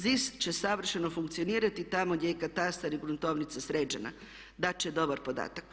ZIS će savršeno funkcionirati tamo gdje je katastar i gruntovnica sređena, dat će dobar podatak.